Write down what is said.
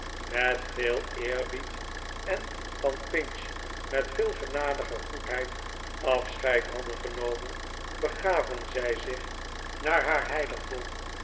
met veel eerbied en van pinch met veel genadige goedheid afscheid hadden genomen begaven zij zich naar haar heiligdom